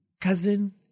cousin